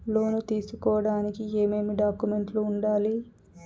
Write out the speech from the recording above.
లోను తీసుకోడానికి ఏమేమి డాక్యుమెంట్లు ఉండాలి